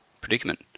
predicament